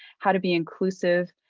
how to be inclusive,